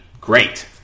great